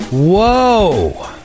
Whoa